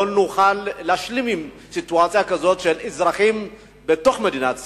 לא נוכל להשלים עם סיטואציה כזאת של אזרחים בתוך מדינת ישראל,